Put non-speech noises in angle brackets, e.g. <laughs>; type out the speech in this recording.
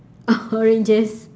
<laughs> oranges